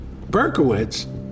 Berkowitz